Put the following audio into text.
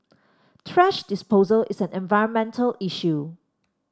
thrash disposal is an environmental issue